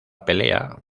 pelea